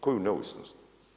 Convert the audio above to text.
Koju neovisnost?